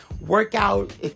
workout